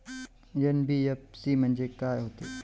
NBFC म्हणजे का होते?